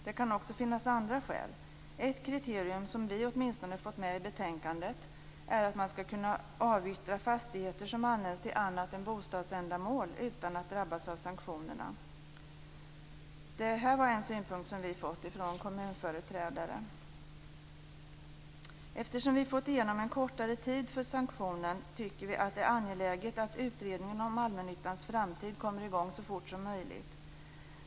Det kan också finnas andra skäl. Ett kriterium som vi åtminstone fått med i betänkandet är att man skall kunna avyttra fastigheter som används till annat än bostadsändamål utan att drabbas av sanktionerna. Det är en synpunkt som vi fått från kommunföreträdare. Eftersom vi fått igenom att sanktionen skall gälla en kortare tid tycker vi att det är angeläget att utredningen om allmännyttans framtid kommer i gång så fort som möjligt.